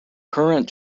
current